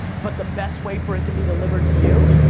but the best way for it to be delivered to you,